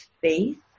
faith